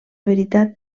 veritat